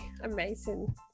amazing